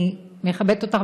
אני מכבדת אותך,